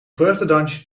vreugdedansje